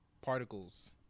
particles